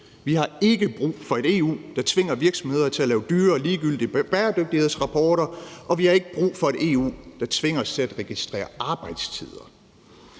Vi har ikke brug for et EU, der tvinger virksomheder til at lave dyre og ligegyldige bæredygtighedsrapporter, og vi har ikke brug for et EU, der tvinger os til at registrere arbejdstider.